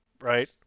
right